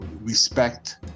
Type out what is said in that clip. respect